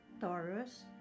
Taurus